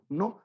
no